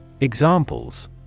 Examples